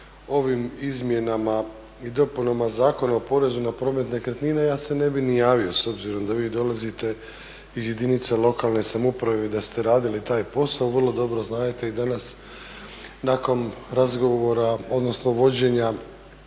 ovim izmjenama i dopunama Zakona o porezu na promet nekretnina ja se ne bih ni javio s obzirom da vi dolazite iz jedinica lokalne samouprave, da ste radili taj posao. Vrlo dobro znadete i danas nakon razgovora, odnosno vođenja